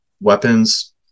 weapons